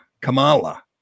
Kamala